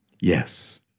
Yes